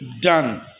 done